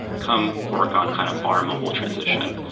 come work on kind of our mobile transition.